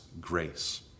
grace